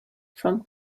from